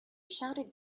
shouted